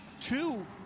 two